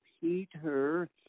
Peter